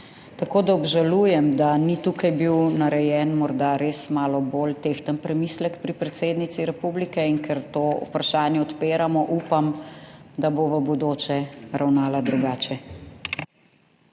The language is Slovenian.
naprej. Obžalujem, da ni tukaj bil narejen morda res malo bolj tehten premislek pri predsednici republike, in ker to vprašanje odpiramo, upam, da bo v bodoče ravnala drugače.